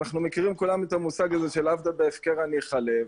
אנחנו מכירים כולם את המושג הזה של "הבטה בהפקר אל תכלה".